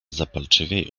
zapalczywiej